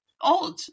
odd